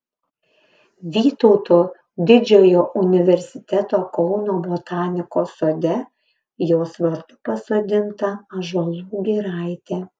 vytauto didžiojo universiteto kauno botanikos sode jos vardu pasodinta ąžuolų giraitė